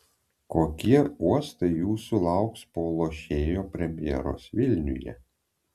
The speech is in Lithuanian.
kokie uostai jūsų lauks po lošėjo premjeros vilniuje